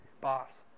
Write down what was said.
boss